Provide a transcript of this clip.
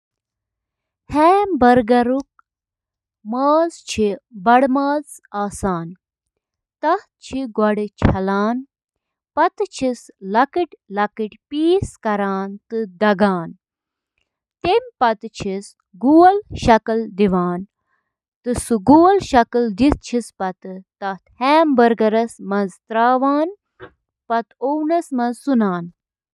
سائیکلٕک اَہَم جُز تہٕ تِم کِتھ کٔنۍ چھِ اِکہٕ وٹہٕ کٲم کران تِمَن منٛز چھِ drive train, crank set, bottom bracket, brakes, wheel تہٕ ٹائر تہٕ باقی۔